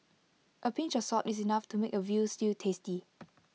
A pinch of salt is enough to make A Veal Stew tasty